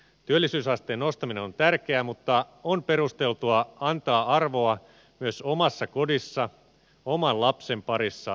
työllisyysasteen nostaminen on tärkeää mutta on perusteltua antaa arvoa myös omassa kodissa oman lapsen parissa tehdylle työlle